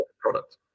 product